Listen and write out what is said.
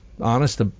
honest